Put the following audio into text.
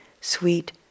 sweet